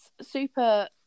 super